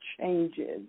changes